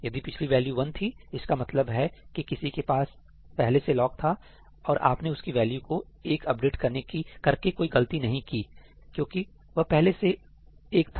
यदि पिछली वैल्यू 1 थी इसका मतलब है कि किसी के पास पहले से लॉक था और आपने उसकी वैल्यू को 1 अपडेट करके कोई गलती नहीं की है क्योंकि वह पहले से 1 था